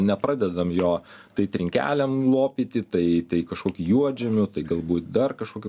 nepradedam jo tai trinkelėm lopyti tai tai kažkokį juodžemiu tai galbūt dar kažkokį